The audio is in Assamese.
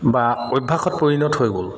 বা অভ্যাসত পৰিণত হৈ গ'ল